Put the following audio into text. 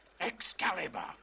Excalibur